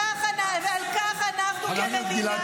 כך אנחנו כמדינה, בנגב.